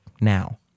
now